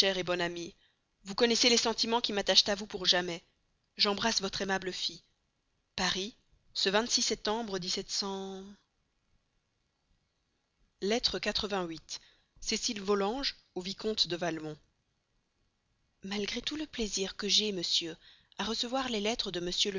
chère bonne amie vous connaissez les sentiments qui m'attachent à vous pour jamais j'embrasse votre aimable fille paris ce septembre lettre cécile volanges au vicomte de valmont malgré tout le plaisir que j'ai monsieur à recevoir les lettres de